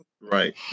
Right